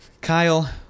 Kyle